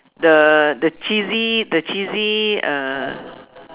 the the cheesy the cheesy uh